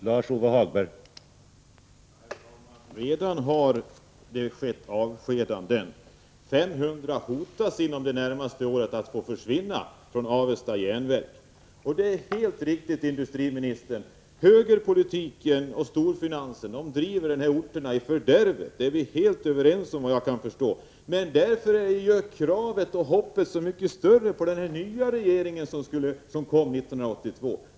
Herr talman! Det har redan skett avskedanden. 500 hotas inom det närmaste året av att nödgas försvinna från Avesta Jernverk. Det är helt riktigt, industriministern, att högerpolitiken och storfinansen driver de här orterna i fördärvet. Det är vi helt överens om, såvitt jag kan förstå. Därför är kraven och förhoppningarna så mycket större på den nya regeringen som kom 1982.